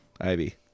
Ivy